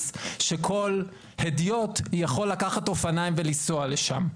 שכול הדיוט יכול לקחת אופניים ולנסוע לשם.